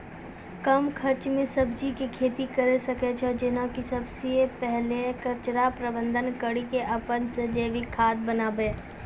कम खर्च मे सब्जी के खेती करै सकै छौ जेना कि सबसे पहिले कचरा प्रबंधन कड़ी के अपन से जैविक खाद बनाबे?